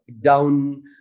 down